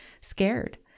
scared